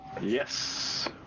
Yes